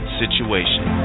situation